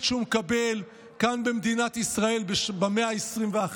שהוא מקבל כאן במדינת ישראל במאה ה-21,